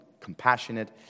compassionate